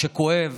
שכואב.